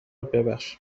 ببخشیم